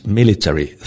military